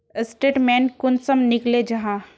Statement कुंसम निकले जाहा?